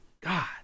God